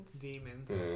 demons